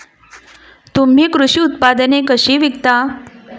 तुम्ही कृषी उत्पादने कशी विकता?